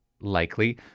likely